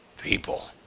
people